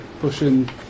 pushing